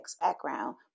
background